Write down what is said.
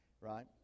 Right